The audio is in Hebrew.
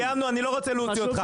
סיימנו, אני לא רוצה להוציא אותך.